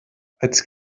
als